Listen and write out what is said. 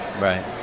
Right